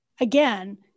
again